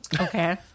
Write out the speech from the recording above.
okay